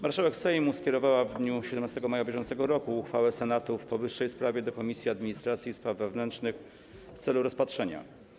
Marszałek Sejmu skierowała w dniu 17 maja br. uchwałę Senatu w powyższej sprawie do Komisji Administracji i Spraw Wewnętrznych w celu rozpatrzenia.